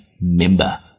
member